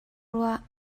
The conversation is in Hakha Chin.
ruah